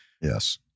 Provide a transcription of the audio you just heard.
Yes